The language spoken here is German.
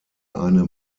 eine